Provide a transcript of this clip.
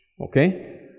okay